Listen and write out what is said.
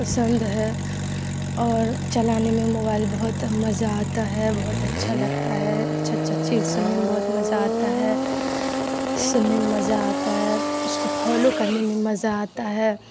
پسند ہے اور چلانے میں موبائل بہت مزہ آتا ہے بہت اچھا لگتا ہے اچھا اچھا چیز سننے میں بہت مزہ آتا ہے سننے میں مزہ آتا ہے اس کو پھالو کرنے میں مزہ آتا ہے